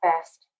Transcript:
best